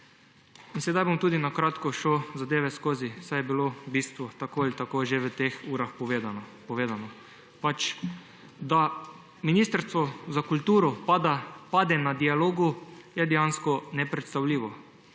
In sedaj bom tudi na kratko šel skozi zadeve, saj je bilo bistvo tako ali tako že v teh urah povedano. Da Ministrstvo za kulturo pade na dialogu, je dejansko nepredstavljivo.